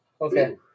okay